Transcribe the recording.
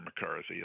McCarthy